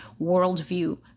worldview